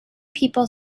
people